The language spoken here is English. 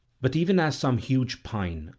but even as some huge pine,